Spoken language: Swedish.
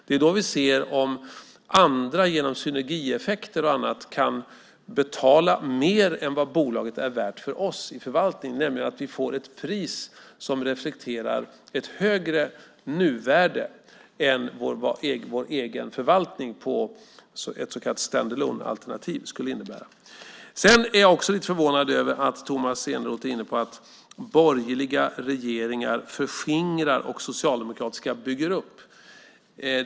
Det är då vi ser om andra tack vare synergieffekter och annat kan betala mer än vad bolaget är värt för oss i förvaltning. Vi ska få ett pris som reflekterar ett högre nuvärde än vad vår egen förvaltning på ett så kallat stand alone alternativ skulle innebära. Jag är också lite förvånad över att Tomas Eneroth är inne på att borgerliga regeringar förskingrar och socialdemokratiska bygger upp.